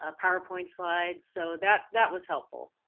ah powerpoint slides, so that that was helpful.